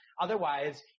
Otherwise